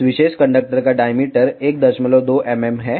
इस विशेष कंडक्टर का डाईमीटर 12 mm है